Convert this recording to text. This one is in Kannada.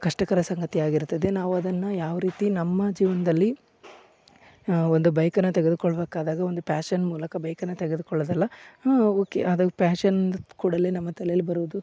ಕಷ್ಟಕರ ಸಂಗತಿಯಾಗಿರುತ್ತದೆ ನಾವು ಅದನ್ನ ಯಾವ ರೀತಿ ನಮ್ಮ ಜೀವನದಲ್ಲಿ ಒಂದು ಬೈಕನ್ನ ತೆಗೆದುಕೊಳ್ಳಬೇಕಾದಾಗ ಒಂದು ಪ್ಯಾಶನ್ ಮೂಲಕ ಬೈಕನ್ನ ತೆಗೆದುಕೊಳ್ಳುವುದಲ್ಲ ಓಕೆ ಅದು ಪ್ಯಾಶನ್ ಅಂದ ಕೂಡಲೇ ನಮ್ಮ ತಲೇಲಿ ಬರುವುದು